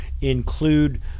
include